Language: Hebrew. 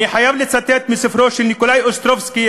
אני חייב לצטט מספרו של ניקולאי אוסטרובסקי,